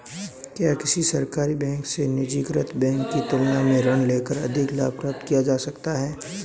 क्या किसी सरकारी बैंक से निजीकृत बैंक की तुलना में ऋण लेकर अधिक लाभ प्राप्त किया जा सकता है?